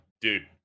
dude